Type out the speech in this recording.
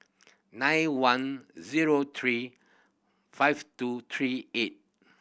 nine one zero three five two three eight